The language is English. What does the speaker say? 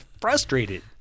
frustrated